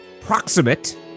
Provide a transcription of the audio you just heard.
proximate